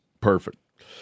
Perfect